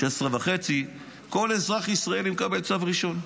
16.5, כל אזרח ישראלי מקבל צו ראשון.